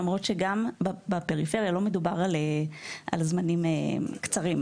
למרות שגם בפריפריה לא מדובר על זמנים קצרים,